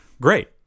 great